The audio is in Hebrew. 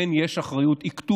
כן, יש אחריות, היא כתובה,